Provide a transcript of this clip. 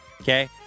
okay